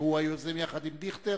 שהוא היוזם יחד עם דיכטר,